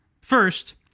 First